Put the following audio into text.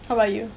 how about you